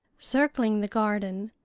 circling the garden,